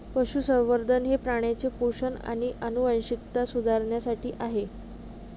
पशुसंवर्धन हे प्राण्यांचे पोषण आणि आनुवंशिकता सुधारण्यासाठी आहे